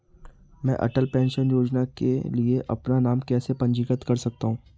मैं अटल पेंशन योजना के लिए अपना नाम कैसे पंजीकृत कर सकता हूं?